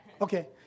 Okay